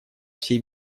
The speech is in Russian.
всей